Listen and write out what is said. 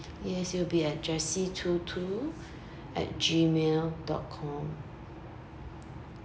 yes it will be at jessie two two at Gmail dot com